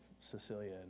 Cecilia